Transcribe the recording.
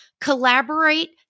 collaborate